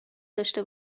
داشته